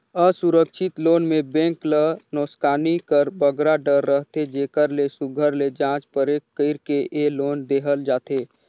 असुरक्छित लोन में बेंक ल नोसकानी कर बगरा डर रहथे जेकर ले सुग्घर ले जाँच परेख कइर के ए लोन देहल जाथे